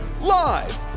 Live